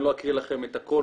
אני לא אקריא לכם את הכול,